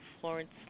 Florence